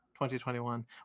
2021